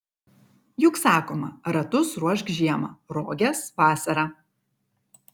juk sakoma ratus ruošk žiemą roges vasarą